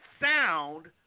sound